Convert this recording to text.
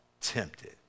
tempted